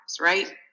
Right